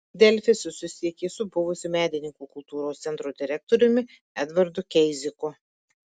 delfi susisiekė su buvusiu medininkų kultūros centro direktoriumi edvardu keiziku